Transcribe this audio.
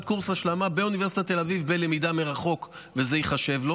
קורס השלמה באוניברסיטת תל אביב בלמידה מרחוק וזה ייחשב לו.